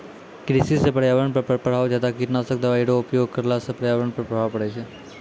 कृषि से पर्यावरण पर प्रभाव ज्यादा कीटनाशक दवाई रो भी उपयोग करला से पर्यावरण पर प्रभाव पड़ै छै